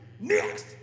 Next